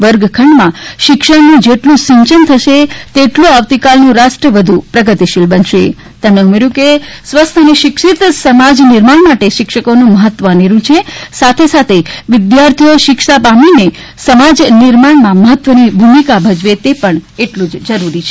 વર્ગખંડમાં શિક્ષણનું જેટલું સિંયન થશે તેટલુ આવતી કાલનું રાષ્ટ્ર વધુ પ્રગતિશીલ બનશે તેમણે ઉમેર્યુ હતુ કે સ્વસ્થ અને શિક્ષિત સમાજ નિર્માણ માટે શિક્ષકોનું મહત્વ અનેરું છે સાથે સાથે વિદ્યાર્થીઓ શિક્ષા પામીને સમાજ નિર્માણ મહત્વની ભૂમિકા ભજવે તે પણ એટલું જ જરૂરી છે